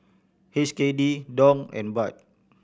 H K D Dong and Baht